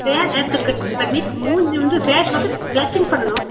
hair hair cut cut பண்ணி மூஞ்சி வந்து ஃபேஸ் வந்து ப்ளச்சிங் பண்ணணும்